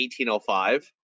1805